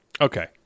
Okay